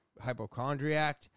hypochondriac